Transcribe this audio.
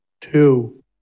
two